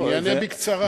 אני אענה בקצרה.